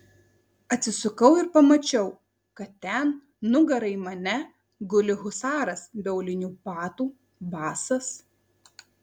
atsisukau ir pamačiau kad ten nugara į mane guli husaras be aulinių batų basas